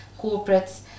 corporates